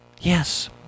Yes